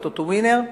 ה"טוטו ווינר",